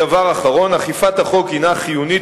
דבר אחרון: אכיפת החוק הינה חיונית,